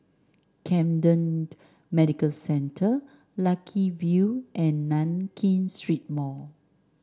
Camden Medical Centre Lucky View and Nankin Street Mall